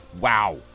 Wow